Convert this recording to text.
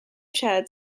chaired